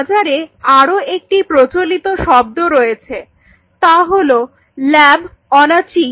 বাজারে আরও একটি প্রচলিত শব্দ রয়েছে তা হল ল্যাব অন এ চিপ